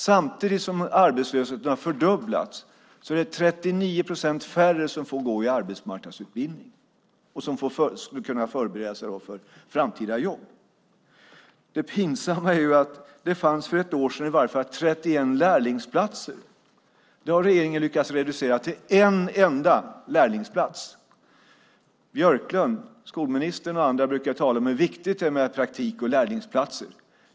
Samtidigt som arbetslösheten har fördubblats är det 39 procent färre som får gå i arbetsmarknadsutbildning och kunna förbereda sig för ett framtida jobb. Det pinsamma är att för ett år sedan fanns det i alla fall 31 lärlingsplatser men som regeringen har lyckats reducera till en enda lärlingsplats. Björklund, skolministern, och andra brukar tala om hur viktigt det är med praktik och lärlingsplatser.